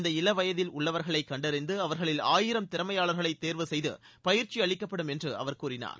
இந்த வயதில் உள்ளவர்களை கண்டறிந்து அவர்களில் ஆயிரம் திறமையாளர்களை தேர்வு செய்து பயிற்சி அளிக்கப்படும் என்று அவர் கூறினார்